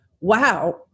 wow